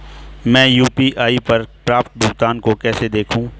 मैं यू.पी.आई पर प्राप्त भुगतान को कैसे देखूं?